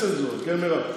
משא ומתן,